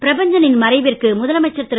பிரபஞ்ச னின் மறைவிற்கு முதலமைச்சர் திரு